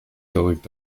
direkt